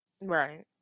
right